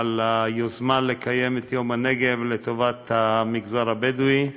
על היוזמה לקיים את יום הנגב לטובת המגזר הבדואי.